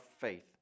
faith